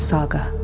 Saga